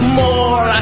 more